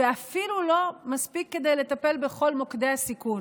ואפילו לא מספיק כדי לטפל בכל מוקדי הסיכון.